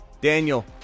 Daniel